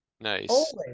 Nice